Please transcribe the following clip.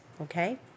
okay